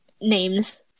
names